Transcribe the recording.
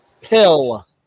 Pill